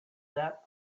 that